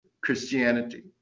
Christianity